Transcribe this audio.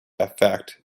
affect